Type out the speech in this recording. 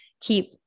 keep